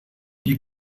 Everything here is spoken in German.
die